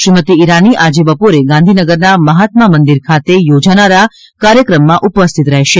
શ્રીમતી ઈરાની આજે બપોરે ગાંધીનગરના મહાત્મા મંદિર ખાતે યોજનારા કાર્યક્રમમાં ઉપસ્થિત રહેશે